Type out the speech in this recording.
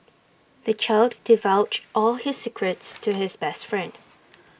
the child divulged all his secrets to his best friend